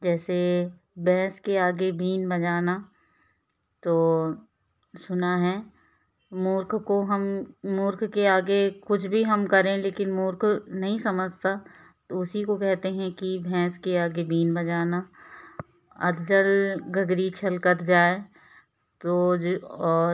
जैसे भैंस के आगे बीन बजाना तो सुना है मूर्ख को हम मूर्ख के आगे कुछ भी हम करें लेकिन मूर्ख नहीं समझता तो उसी को कहते हैं कि भैंस के आगे बीन बजाना अधजल गगरी छलकत जाए तो जो और